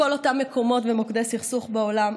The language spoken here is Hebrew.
מכל אותם מקומות ומוקדי סכסוך בעולם,